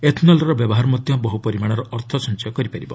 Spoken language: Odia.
ଏଥ୍ନଲ୍ର ବ୍ୟବହାର ମଧ୍ୟ ବହୁ ପରିମାଣର ଅର୍ଥ ସଞ୍ଚୟ କରିପାରିବ